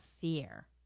fear